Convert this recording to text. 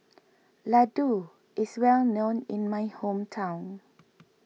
Ladoo is well known in my hometown